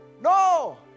No